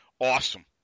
Awesome